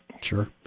Sure